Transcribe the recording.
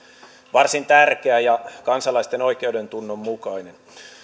varsin tärkeä ja kansalaisten oikeudentunnon mukainen